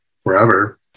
forever